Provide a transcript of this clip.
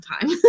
time